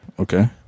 Okay